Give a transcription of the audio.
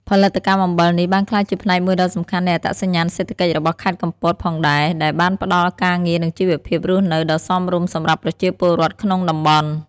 ផលិតកម្មអំបិលនេះបានក្លាយជាផ្នែកមួយដ៏សំខាន់នៃអត្តសញ្ញាណសេដ្ឋកិច្ចរបស់ខេត្តកំពតផងដែរ ដែលបានផ្តល់ការងារនិងជីវភាពរស់នៅដ៏សមរម្យសម្រាប់ប្រជាពលរដ្ឋក្នុងតំបន់។